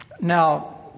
now